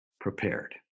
prepared